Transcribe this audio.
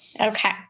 Okay